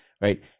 right